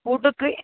ಊಟಕ್ಕೆ ರೀ